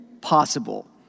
possible